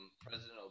President